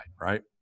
right